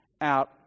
out